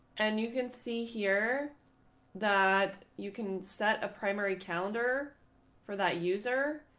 and you can see here that you can set a primary calendar for that user.